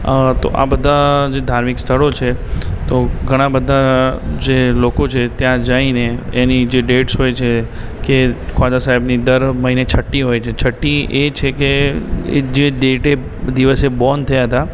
તો આ બધાં જે ધાર્મિક સ્થળો છે તો ઘણા બધા જે લોકો છે ત્યાં જઈને એની જે ડેટ્સ હોય છે કે ખ્વાજા સાહેબની દર મહિને છઠ્ઠી હોય છે એ છઠ્ઠી એ છે કે એ જે ડેટે જે દિવસે બોર્ન થયા હતા